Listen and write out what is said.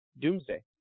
Doomsday